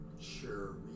sure